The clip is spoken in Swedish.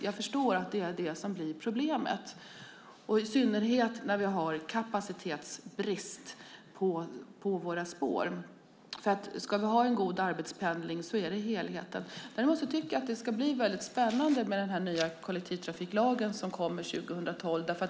Jag förstår att det blir ett problem, i synnerhet när vi har kapacitetsbrist på våra spår. Ska vi ha en god arbetspendling måste man se till helheten. Det ska bli spännande när den nya trafiklagen kommer 2012.